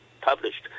published